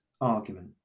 argument